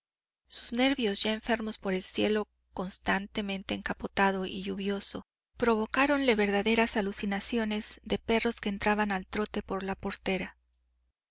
sus nervios ya enfermos por el cielo constantemente encapotado y lluvioso provocáronle verdaderas alucinaciones de perros que entraban al trote por la portera